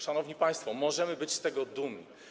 Szanowni państwo, możemy być z tego dumni.